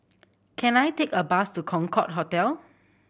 can I take a bus to Concorde Hotel